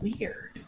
weird